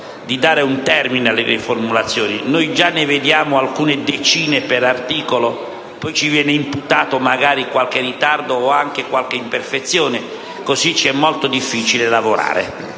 di dare un termine alle riformulazioni. Giane vediamo alcune decine per articolo; poi ci viene imputato magari qualche ritardo o anche qualche imperfezione. Cosı ci emolto difficile lavorare.